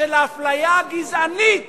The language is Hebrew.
של האפליה הגזענית